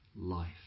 life